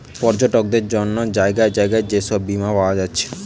পর্যটকদের জন্যে জাগায় জাগায় যে সব বীমা পায়া যাচ্ছে